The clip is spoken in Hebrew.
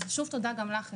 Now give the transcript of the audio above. שוב תודה לך אפרת,